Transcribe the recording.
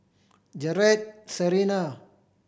Jaret Serina